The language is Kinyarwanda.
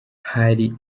hari